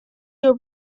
your